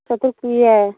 ꯆꯥꯇ꯭ꯔꯨꯛ ꯄꯤꯌꯦ